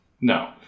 no